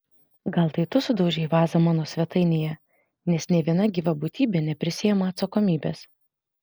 gal tai tu sudaužei vazą mano svetainėje nes nė viena gyva būtybė neprisiima atsakomybės